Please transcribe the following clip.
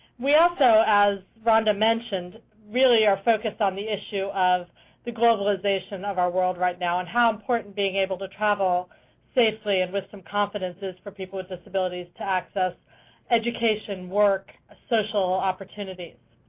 we also, as rhonda mentioned, really are focused on the issue of the globalization of our world right now and how important being able to travel safely and with some confidence is for people with disabilities to access education, work, social opportunities.